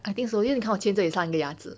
I think so 因为你看我前面这里三个牙齿